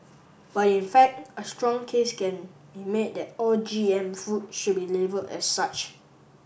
but in fact a strong case can be made that all G M food should be labelled as such